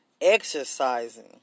exercising